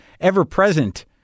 ever-present